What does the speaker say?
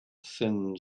thin